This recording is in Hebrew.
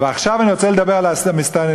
ועכשיו אני רוצה לדבר על המסתננים.